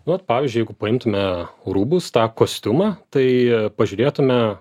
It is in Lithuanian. nu vat pavyzdžiui jeigu paimtume rūbus tą kostiumą tai pažiūrėtume